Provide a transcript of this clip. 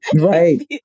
Right